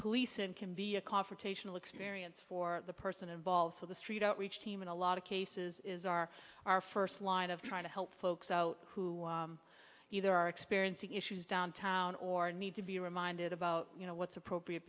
police and can be a confrontational experience for the person involved so the street outreach team in a lot of cases is are our first line of trying to help folks out who either are experiencing issues downtown or need to be reminded about you know what's appropriate